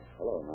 Hello